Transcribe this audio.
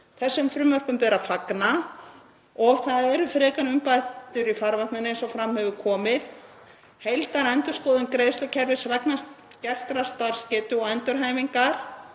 Þessum frumvörpum ber að fagna og frekari umbætur eru í farvatninu eins og fram hefur komið, t.d. heildarendurskoðun greiðslukerfis vegna skertrar starfsgetu og endurhæfingar